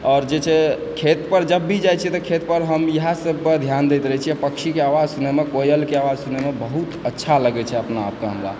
आओर जे छै खेतपर जब भी जाइ छियै तऽ खेतपर हम इएह सबपर ध्यान दैत रहै छी पक्षीके आवाज सुनैमे कोयलके आवाज सुनैमे बहुत अच्छा लागै छै अपना आपमे हमरा